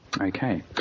Okay